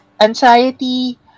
anxiety